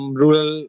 rural